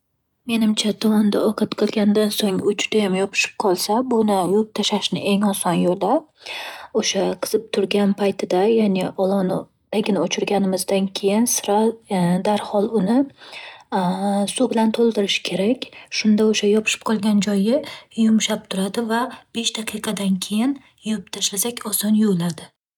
Menimcha tovonda ovqat qilgandan so'ng u judayam yopishib qolsa, buni yuvib tasglashni eng oson yo'li: o'sha qizib turgan paytida, ya'ni olovni tagini o'chirganimizdan keyin sra- darhol uni suv bilan to'ldirish kerak. Shunda o'sha yopishib qolgan joyi yumshab turadi va besh daqiqadan keyin yuvib tashlasak oson yuviladi.